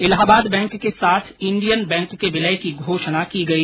Allahabad Bank के साथ Indian Bank के विलय की घोषणा की गई